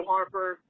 Harper